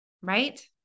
right